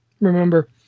remember